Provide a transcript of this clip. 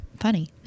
funny